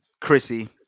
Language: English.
Chrissy